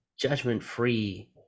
judgment-free